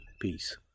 peace